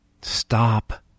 Stop